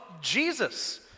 Jesus